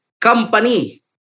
company